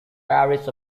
parish